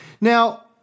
Now